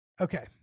okay